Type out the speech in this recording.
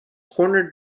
cornered